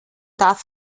darf